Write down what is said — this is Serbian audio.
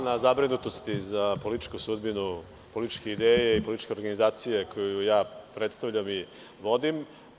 Hvala na zabrinutosti za političku sudbinu političke ideje i političke organizacije koju ja predstavljam i vodim.